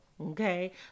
Okay